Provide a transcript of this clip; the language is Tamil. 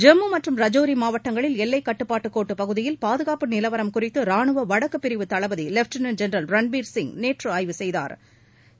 ஜம்மு மற்றும் ரஜோரி மாவட்டங்களில் எல்லை கட்டுப்பாட்டு கோட்டு பகுதியில் பாதுகாப்பு நிலவரம் குறித்து ராணுவ வடக்குப் பிரிவு தளபதி லெப்டினென்ட் ஜெனரல் ரன்பீர்சிங் நேற்று ஆய்வு செய்தாா்